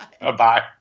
Bye